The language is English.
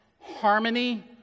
harmony